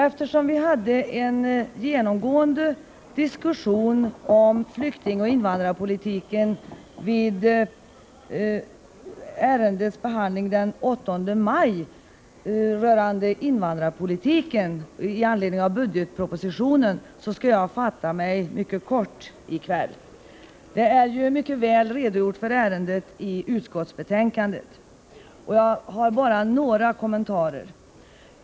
Eftersom vi hade en ingående diskussion om flyktingoch invandringspolitiken den 8 maj vid behandlingen av frågan med anledning av budgetpropositionen, skall jag fatta mig mycket kort. Ärendet är dessutom mycket väl redovisat i det nu aktuella betänkandet. Jag vill dock lämna några kommentarer.